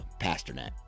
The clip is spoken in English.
Pasternak